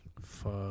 Fuck